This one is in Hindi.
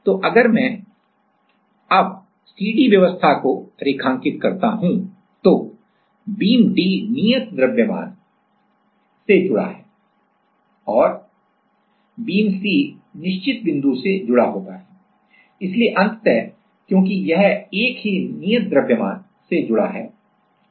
तो अगर मैं अब C D व्यवस्था को रेखांकित करता हूंतो बीम D नियत द्रव्यमान नियत द्रव्यमान प्रूफ मास proof mass से जुड़ा है और बीम C निश्चित बिंदु से जुड़ा होता है इसलिए अंततः क्योंकि यह एक ही नियत द्रव्यमान नियत द्रव्यमान प्रूफ मास proof massसे जुड़ा है